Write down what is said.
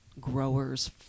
growers